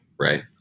Right